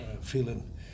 feeling